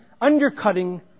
undercutting